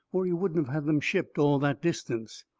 or he wouldn't of had them shipped all that distance,